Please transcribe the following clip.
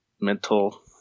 mental